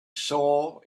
saw